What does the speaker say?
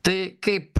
tai kaip